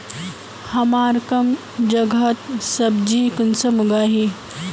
हमार कम जगहत सब्जी कुंसम उगाही?